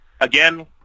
Again